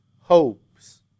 hopes